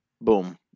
boom